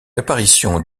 l’apparition